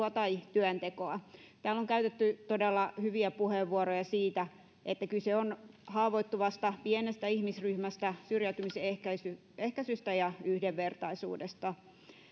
peräänkuulutettua opiskelua tai työntekoa täällä on käytetty todella hyviä puheenvuoroja siitä että kyse on haavoittuvasta pienestä ihmisryhmästä syrjäytymisen ehkäisystä ehkäisystä ja yhdenvertaisuudesta